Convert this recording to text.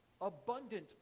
abundant